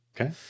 Okay